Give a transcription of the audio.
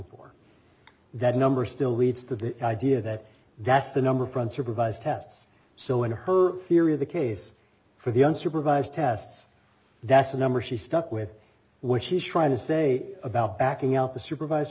for that number still leads to the idea that that's the number from supervised tests so in her theory of the case for the unsupervised tests that's a number she stuck with what she's trying to say about backing out the supervis